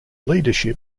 leadership